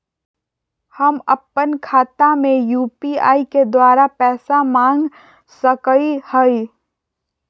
हम अपन खाता में यू.पी.आई के द्वारा पैसा मांग सकई हई?